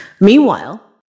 Meanwhile